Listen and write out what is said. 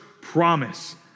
promise